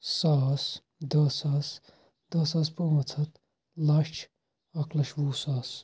ساس دَہ ساس دَہ ساس پانٛژھ ہتھ لچھ اکھ لچھ وُہ ساس